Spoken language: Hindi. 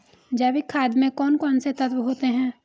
जैविक खाद में कौन कौन से तत्व होते हैं?